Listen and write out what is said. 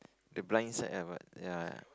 the blind side ah but ya